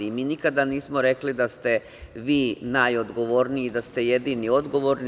Mi nikada nismo rekli da ste vi najodgovorniji, da ste jedini odgovorni.